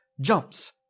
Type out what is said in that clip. jumps